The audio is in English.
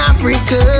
Africa